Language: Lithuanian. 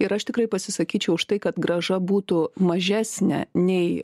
ir aš tikrai pasisakyčiau už tai kad grąža būtų mažesnė nei